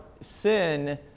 sin